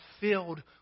filled